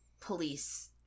police